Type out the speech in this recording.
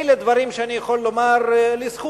אלה דברים שאני יכול לומר לזכות.